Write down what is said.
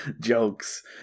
Jokes